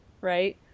right